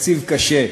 תקציב קשה.